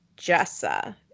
jessa